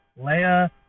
Leia